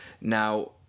Now